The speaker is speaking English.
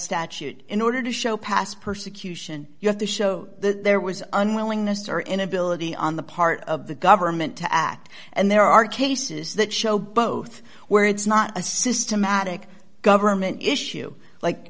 statute in order to show past persecution you have to show that there was unwillingness or inability on the part of the government to act and there are cases that show both where it's not a systematic government issue like